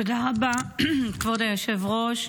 תודה רבה, כבוד היושב-ראש.